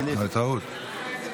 טעות.